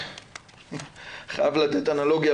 אני חייב לתת אנלוגיה,